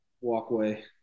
walkway